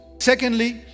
Secondly